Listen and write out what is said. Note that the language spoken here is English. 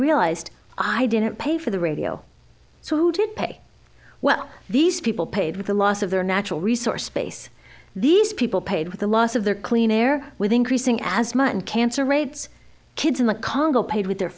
realized i didn't pay for the radio so who did pay well these people paid with the loss of their natural resource space these people paid with the loss of their clean air with increasing asthma and cancer rates kids in the congo paid with their